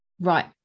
right